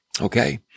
okay